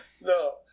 No